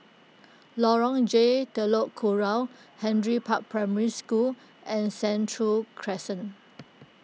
Lorong J Telok Kurau Henry Park Primary School and Sentul Crescent